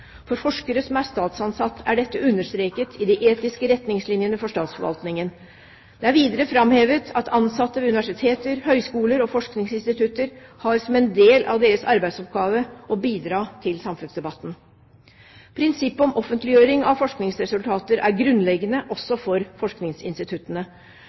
For forskere som er statsansatte, er dette understreket i de etiske retningslinjene for statsforvaltningen. Det er videre framhevet at ansatte ved universiteter, høyskoler og forskningsinstitutter har som en del av sine arbeidsoppgaver å bidra til samfunnsdebatten. Prinsippet om offentliggjøring av forskningsresultater er grunnleggende